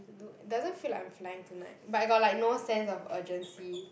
doesn't feel like I'm flying tonight but I got like no sense of urgency